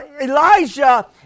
Elijah